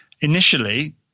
initially